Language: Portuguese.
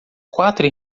quatro